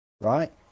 Right